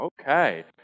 okay